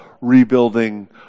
rebuilding